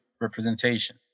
representation